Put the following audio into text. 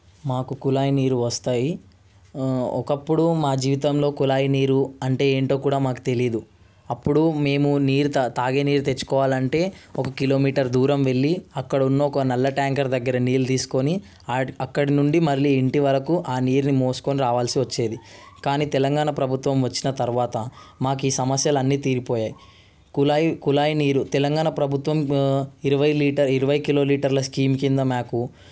మాకు కుళాయి నీరు వస్తాయి ఒకప్పుడు మా జీవితంలో కుళాయి నీరు అంటే ఏంటో కూడా మాకు తెలియదు అప్పుడు మేము నీరు తాగే నీరు తెచ్చుకోవాలంటే ఒక కిలోమీటర్ దూరం వెళ్ళి అక్కడ ఉన్న ఒక నల్లా ట్యాంకర్ దగ్గర నీళ్లు తీసుకొని ఆడ అక్కడి నుండి మళ్ళీ ఇంటి వరకు ఆ నీరుని మోసుకొని రావాల్సి వచ్చేది కానీ తెలంగాణ ప్రభుత్వం వచ్చిన మాకు ఈ సమస్యలు అన్ని తీరిపోయాయి కు కుళాయి నీరు తెలంగాణ ప్రభుత్వం ఇరవై లీటర్ ఇరవై కిలోలీటర్ల స్కీం కింద మాకు